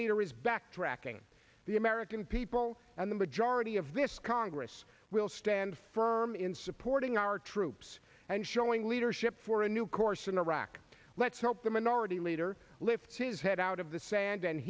leader is backtracking the american people and the majority of this congress will stand firm in supporting our troops and showing leadership for a new course in iraq let's hope the minority leader lifts his head out of the sand and